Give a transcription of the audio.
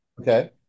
Okay